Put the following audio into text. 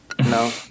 No